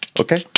Okay